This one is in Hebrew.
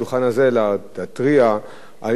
להתריע בנוגע לעליות מחירים,